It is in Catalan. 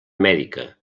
amèrica